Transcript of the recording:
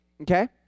Okay